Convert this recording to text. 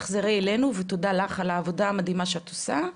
תחזרי אלינו ותודה לך על העבודה המדהימה שאת עושה.